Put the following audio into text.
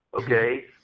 okay